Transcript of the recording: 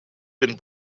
been